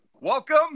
Welcome